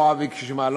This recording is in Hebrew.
בתי-המשפט אמרו שהוא אדם